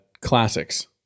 classics